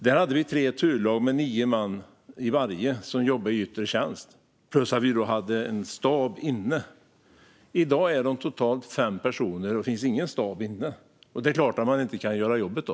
Där hade vi tre turlag med nio man i varje som jobbade i yttre tjänst, plus att vi hade en stab inne. I dag är de totalt fem personer, och det finns ingen stab inne. Det är klart att man inte kan göra jobbet då.